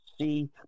see